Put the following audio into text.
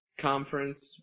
conference